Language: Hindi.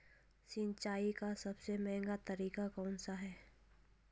सिंचाई का सबसे महंगा तरीका कौन सा है?